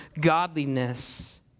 godliness